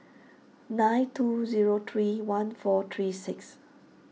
nine two zero three one four three six